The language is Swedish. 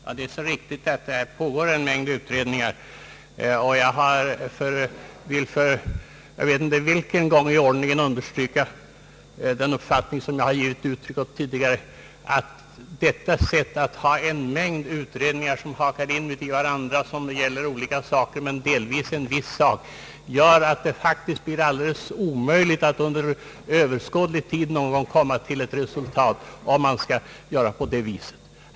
Herr talman! Det är riktigt att det pågår en mängd utredningar, men jag vill — jag vet inte för vilken gång i ordningen — understryka den uppfattning som jag har givit uttryck åt tidigare, nämligen att en mängd utredningar som hakar in i varandra och som gäller olika detaljer men delvis samma ämne gör det alldeles omöjligt att under överskådlig tid komma till något resultat.